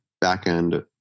back-end